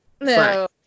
No